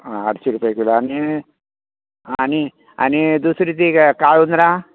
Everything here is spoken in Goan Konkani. हां आठशी रुपया किलो आनी आनी आनी दुसरी ती काळुंदरां